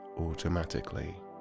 automatically